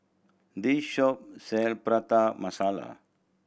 this shop sell Prata Masala